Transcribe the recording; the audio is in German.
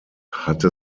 hatte